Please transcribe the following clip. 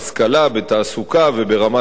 בתעסוקה וברמת החיים.